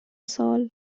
سال